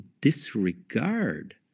disregard